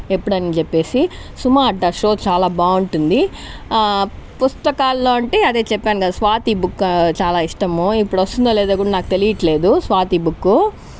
ఎప్పుడూ అని చెప్పేసి సుమ అడ్డా షో చాలా బాగుంటుంది పుస్తకాల్లో అంటే అదే చెప్పాను కదా స్వాతి బుక్ చాలా ఇష్టము ఇప్పుడు వస్తుందో లేదో కూడా నాకు తెలియట్లేదు స్వాతి బుక్